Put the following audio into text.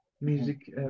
music